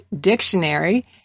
Dictionary